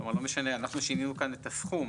אנחנו שינינו כאן את הסכום,